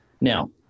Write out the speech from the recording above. Now